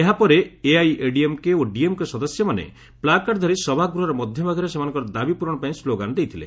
ଏହା ପରେ ପରେ ଏଆଇଡିଏମ୍କେ ଓ ଡିଏମ୍କେ ସଦସ୍ୟମାନେ ପ୍ଲାକାର୍ଡ ଧରି ସଭାଗୃହର ମଧ୍ୟଭାଗରେ ସେମାନଙ୍କର ଦାବି ପୂରଣ ପାଇଁ ସ୍କୋଗାନ ଦେଇଥିଲେ